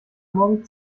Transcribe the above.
morgen